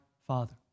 Father